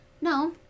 no